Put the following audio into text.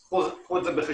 אז קחו את זה בחשבון.